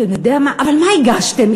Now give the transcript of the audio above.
אבל מה הגשתם?